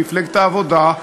במפלגת העבודה,